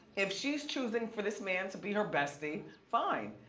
if she's choosing for this man to be her bestie, fine.